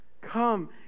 Come